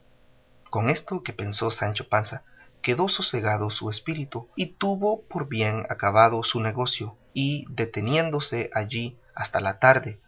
con esto que pensó sancho panza quedó sosegado su espíritu y tuvo por bien acabado su negocio y deteniéndose allí hasta la tarde